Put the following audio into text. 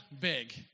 big